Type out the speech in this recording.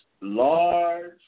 large